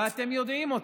ואתם יודעים אותה.